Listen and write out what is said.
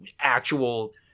actual